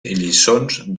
lliçons